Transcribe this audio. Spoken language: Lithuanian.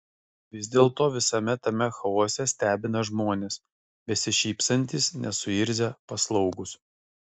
vis dėlto visame tame chaose stebina žmonės besišypsantys nesuirzę paslaugūs